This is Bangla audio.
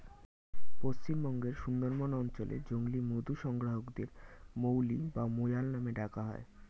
পশ্চিমবঙ্গের সুন্দরবন অঞ্চলে জংলী মধু সংগ্রাহকদের মৌলি বা মৌয়াল নামে ডাকা হয়